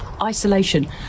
Isolation